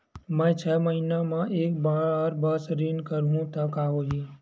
मैं छै महीना म एक बार बस ऋण करहु त का होही?